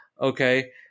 Okay